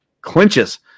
clinches